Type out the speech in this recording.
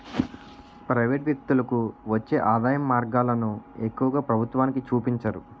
private వ్యక్తులకు వచ్చే ఆదాయం మార్గాలను ఎక్కువగా ప్రభుత్వానికి చూపించరు